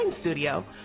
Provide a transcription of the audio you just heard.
studio